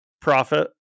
Profit